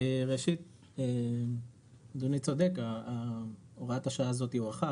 ראשית, אדוני צודק הוראת השעה הזו הוארכה.